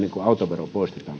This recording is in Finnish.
autovero poistetaan